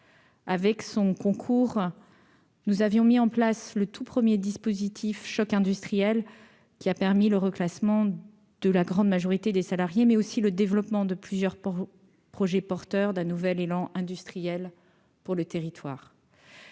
Avec son concours, nous avions mis en place le tout 1er dispositif choc industriel qui a permis le reclassement de la grande majorité des salariés mais aussi le développement de plusieurs projets porteurs d'un nouvel élan industriel pour le territoire.